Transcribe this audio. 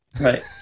Right